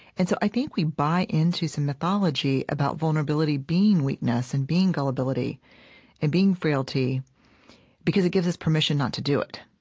and so i think we buy into some mythology about vulnerability being weakness and being gullibility and being frailty because it gives us permission not to do it